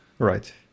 Right